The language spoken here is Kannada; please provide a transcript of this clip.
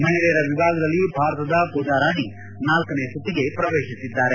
ಮಹಿಳೆಯರ ವಿಭಾಗದಲ್ಲಿ ಭಾರತದ ಪೂಜಾ ರಾಣಿ ನಾಲ್ನನೇ ಸುತ್ತಿಗೆ ಪ್ರವೇಶಿಸಿದ್ದಾರೆ